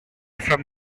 from